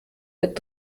wird